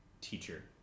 teacher